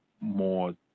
more